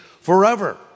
forever